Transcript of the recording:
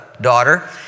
daughter